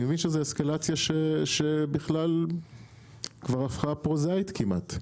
אני מבין שזו אסקלציה שבכלל כבר הפכה פרוזאית כמעט,